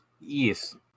Yes